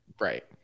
Right